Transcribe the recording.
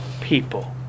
people